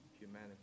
humanity